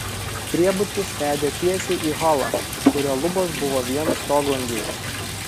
priebutis vedė tiesiai į holą kurio lubos buvo vien stoglangiai